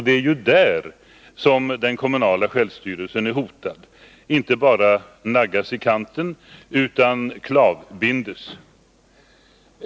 Det är där som den kommunala självstyrelsen är hotad — inte bara naggas i kanten utan klavbinds.